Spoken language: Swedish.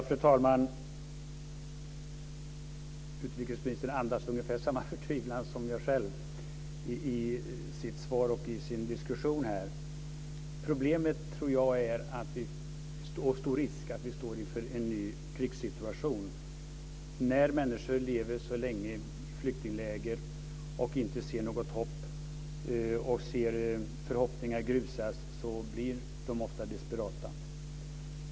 Fru talman! Utrikesministern andas i sitt svar och i sin diskussion här ungefär samma förtvivlan som jag själv. Problemet är att risken är stor att vi står inför en ny krigsstituation. När människor lever så länge i flyktingläger och inte ser något hopp och ser förhoppningar grusas blir de ofta desperata.